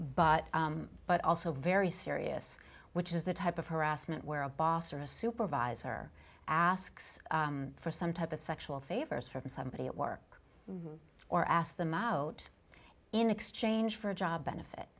t but also very serious which is the type of harassment where a boss or a supervisor asks for some type of sexual favors from somebody at work or ask them out in exchange for a job benefit